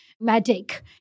magic